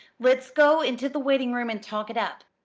let's go into the waiting-room and talk it up.